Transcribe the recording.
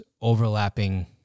overlapping